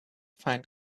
find